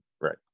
Right